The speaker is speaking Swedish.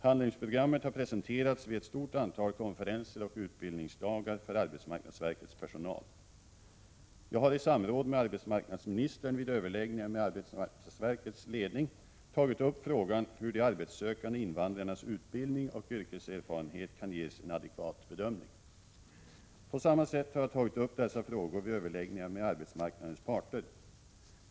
Handlingsprogrammet har presenterats vid ett stort antal konferenser och utbildningsdagar för arbetsmarknadsverkets personal. Jag har i samråd med arbetsmarknadsministern vid överläggningar med arbetsmarknadsverkets ledning tagit upp frågan hur de arbetssökande invandrarnas utbildning och yrkeserfarenheter kan ges en adekvat bedömning. På samma sätt har jag tagit upp dessa frågor vid överläggningar med arbetsmarknadens parter.